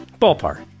Ballpark